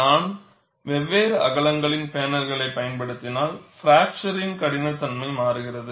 நான் வெவ்வேறு அகலங்களின் பேனல்களைப் பயன்படுத்தினால் பிராக்சரின் கடினத்தன்மையும் மாறுகிறது